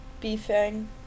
beefing